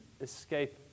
escape